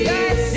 Yes